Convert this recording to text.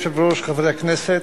אדוני היושב-ראש, חברי הכנסת,